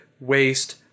waste